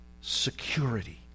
security